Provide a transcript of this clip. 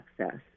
access